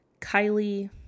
Kylie